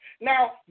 Now